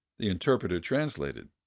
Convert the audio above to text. the interpreter translated.